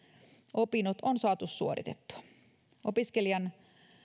opinnot on saatu suoritettua opiskelijan